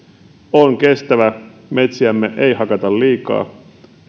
on kestävä metsiämme ei hakata liikaa